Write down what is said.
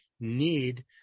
need